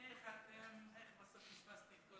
איך בסוף פספסתי את כל